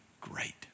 great